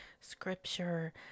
scripture